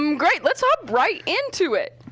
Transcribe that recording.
um great, let's hop right into it.